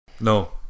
no